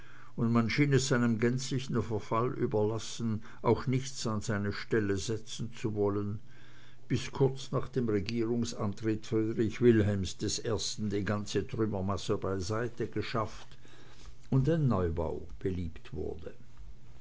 und man schien es seinem gänzlichen verfall überlassen auch nichts an seine stelle setzen zu wollen bis kurz nach dem regierungsantritt friedrich wilhelms i die ganze trümmermasse beiseite geschafft und ein neubau beliebt wurde